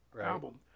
album